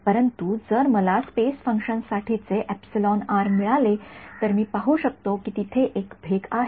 परंतु जर मला स्पेस फंक्शन साठीचे मिळाले तर मी पाहु शकतो की तिथे एक भेग आहे